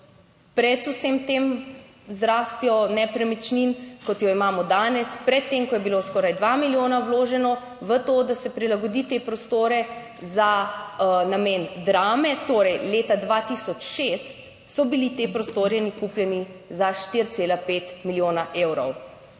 pred vsem tem, z rastjo nepremičnin, kot jo imamo danes, pred tem, ko je bilo skoraj dva milijona vloženo v to, da se prilagodi te prostore za namen Drame, torej leta 2006 so bili ti prostori na kupljeni za 4,5 milijona evrov.